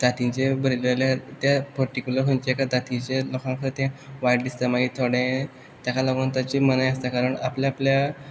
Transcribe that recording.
जातींचे बरयलें आल्यार त्या पर्टिकुलर खंयंच्या एका जातीचे लोकां खातीर वायट दिसता मागीर थोडे तेका लागून ताची मनाय आसता कारण आपल्या आपल्या